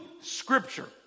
Scripture